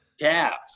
Calves